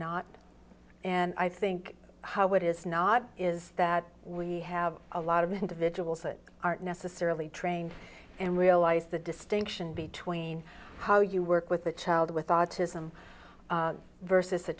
not and i think how it is not is that we have a lot of individuals that aren't necessarily trained and realize the distinction between how you work with a child with autism versus a